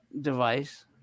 device